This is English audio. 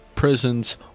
Prisons